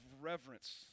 reverence